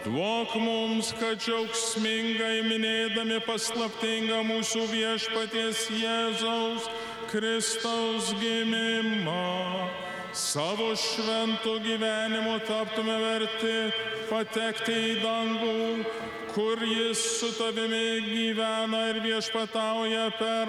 duok mums kad džiaugsmingai minėdami paslaptingą mūsų viešpaties jėzaus kristaus gimimą savo šventu gyvenimu taptume verti patekti į dangų kur jis su tavimi gyvena ir viešpatauja per